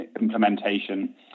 implementation